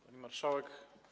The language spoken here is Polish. Pani Marszałek!